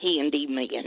Handyman